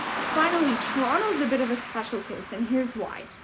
finally, toronto is a bit of a special case, and here's why.